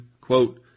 quote